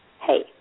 hey